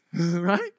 right